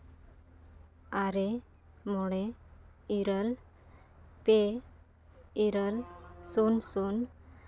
ᱟᱨᱮ ᱢᱚᱬᱮ ᱤᱨᱟᱹᱞ ᱯᱮ ᱤᱨᱟᱹᱞ ᱥᱩᱱ ᱥᱩᱱ